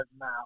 now